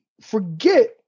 forget